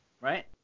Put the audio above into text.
Right